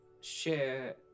share